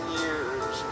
years